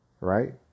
right